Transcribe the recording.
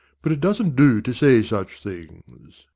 but it doesn't do to say such things.